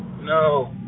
No